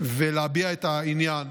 ולהביע את העניין,